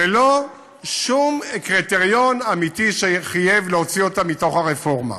ללא שום קריטריון אמיתי שחייב להוציא אותם מתוך הרפורמה.